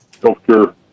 healthcare